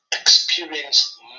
experience